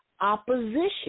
opposition